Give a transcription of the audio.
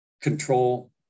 control